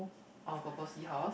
oh purple seahorse